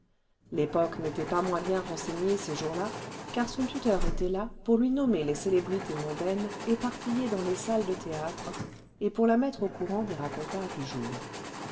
l'epoque n'était pas moins bien renseignée ces jours-là car son tuteur était là pour lui nommer les célébrités mondaines éparpillées dans les salles de théâtre et pour la mettre au courant clés racontars du jour